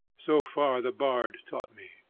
so far the bard taught me,